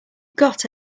got